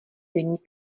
denní